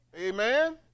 amen